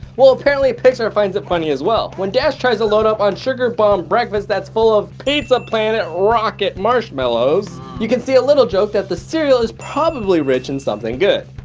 well apparently pixar finds it funny as well, when dash tries to load up on sugar bomb breakfast that's full of pizza planet rocket marshmallows you can see a little joke that the cereal is probably rich in something good,